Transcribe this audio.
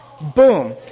Boom